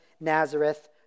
Nazareth